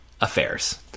affairs